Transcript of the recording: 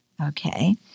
okay